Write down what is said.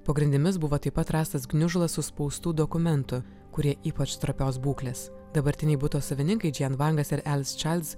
po grindimis buvo taip pat rastas gniužulas suspaustų dokumentų kurie ypač trapios būklės dabartiniai buto savininkai džian vangas ir elisčaildsalice childs